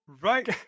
right